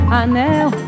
anel